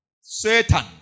Satan